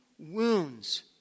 Wounds